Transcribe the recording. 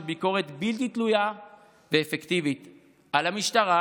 ביקורת בלתי תלויה ואפקטיבית על המשטרה,